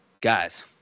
Guys